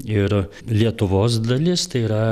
ir lietuvos dalis tai yra